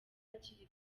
hakiri